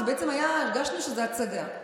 בעצם הרגשנו שזאת הצגה.